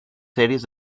series